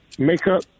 Makeup